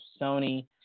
Sony